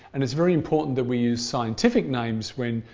and it's very important that we use scientific names when,